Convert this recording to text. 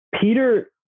Peter